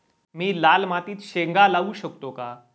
मी लाल मातीत शेंगा लावू शकतो का?